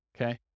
Okay